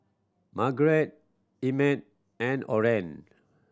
Margeret Emmett and Orren